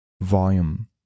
volume